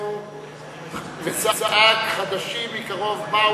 רבנו וזעק: "חדשים מקרֹב באו,